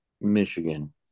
Michigan